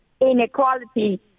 inequality